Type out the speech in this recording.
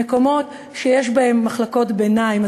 במקומות שיש בהם מחלקות ביניים,